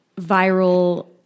viral